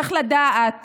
צריך לדעת